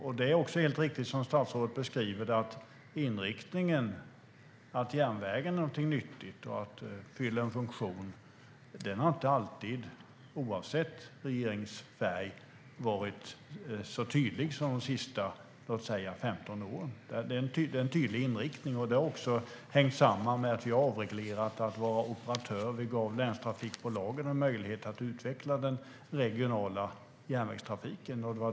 Det är helt riktigt som statsrådet beskriver det, att inriktningen att järnvägen är nyttig och att den fyller en funktion inte alltid har varit så tydlig som under de senaste 15 åren, oavsett regeringsfärg. Det är en tydlig inriktning som har hängt samman med avregleringen. Vi gav länstrafikbolagen en möjlighet att utveckla den regionala järnvägstrafiken.